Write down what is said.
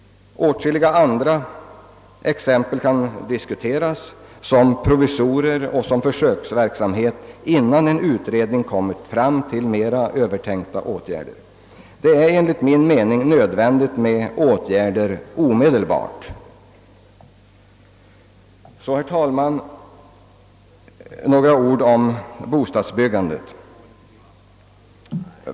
Åtskilliga andra åtgärder kan diskuteras som provisorier och som försöksverksamhet innan en utredning kommit fram till mera övertänkta åtgärder. Det är enligt min mening nödvändigt att åtgärder vidtages omedelbart. Så, herr talman, några ord om bostadsbyggandet.